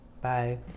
Bye